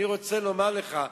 אני רוצה לומר לך,